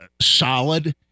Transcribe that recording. solid